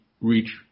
reach